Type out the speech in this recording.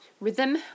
rhythm